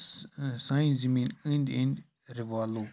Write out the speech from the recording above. سانہِ زٔمین أنٛدۍ أنٛدۍ رِوالو